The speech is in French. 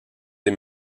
des